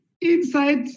inside